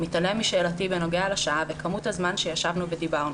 מתעלם משאלתי בנוגע לשעה וכמות הזמן שישבנו ודיברנו.